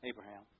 Abraham